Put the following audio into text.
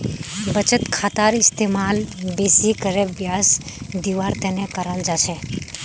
बचत खातार इस्तेमाल बेसि करे ब्याज दीवार तने कराल जा छे